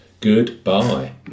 Goodbye